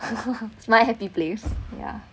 it's my happy place yeah